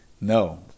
No